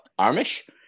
Armish